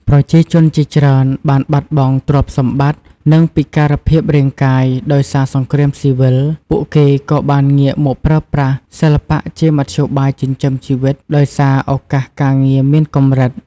ប្រជាជនជាច្រើនបានបាត់បង់ទ្រព្យសម្បត្តិ និងពិការភាពរាងកាយ ដោយសារសង្គ្រាមស៊ីវិល ពួកគេក៏បានងាកមកប្រើប្រាស់សិល្បៈជាមធ្យោបាយចិញ្ចឹមជីវិត ដោយសារឱកាសការងារមានកម្រិត។